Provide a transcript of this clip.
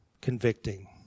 convicting